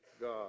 God